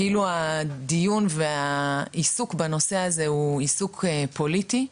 כאילו הדיון והעיסוק בנושא הזה הוא עיסוק פוליטי,